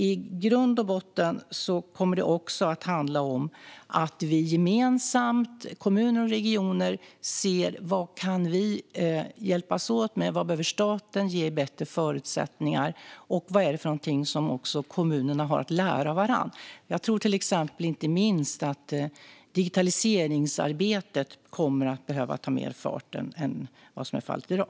I grund och botten kommer det dock att handla om att vi tillsammans med kommuner och regioner ser vad vi kan hjälpas åt med, var staten behöver ge bättre förutsättningar och vad kommunerna har att lära av varandra. Jag tror till exempel inte minst att digitaliseringsarbetet kommer att behöva ta mer fart än vad som är fallet i dag.